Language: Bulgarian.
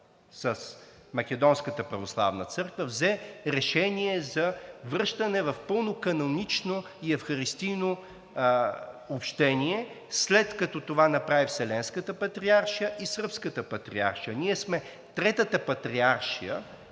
с Македонската православна църква, взе решение за връщане в пълно канонично и евхаристийно общение. След като това направиха Вселенската патриаршия и Сръбската патриаршия, ние сме третата патриаршия,